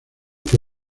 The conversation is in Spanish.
que